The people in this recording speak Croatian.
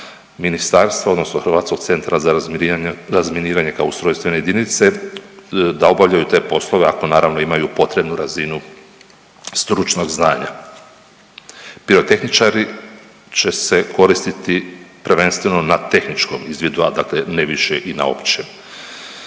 odnosno Hrvatskog centra za razminiranje kao ustrojstvene jedinice da obavljaju te poslove ako naravno imaju potrebnu razinu stručnog znanja. Pirotehničari će se koristiti prvenstveno na tehničkom izvidu, a dakle ne više i na općem.